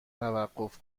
توقف